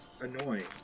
annoying